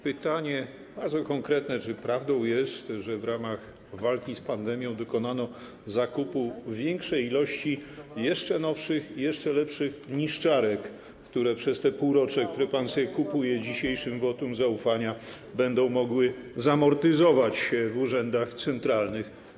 Pytanie bardzo konkretne: Czy prawdą jest, że w ramach walki z pandemią dokonano zakupu większej ilości jeszcze nowszych, jeszcze lepszych niszczarek, które przez to półrocze, które pan sobie kupuje dzisiejszym wotum zaufania, będą mogły zamortyzować się w urzędach centralnych?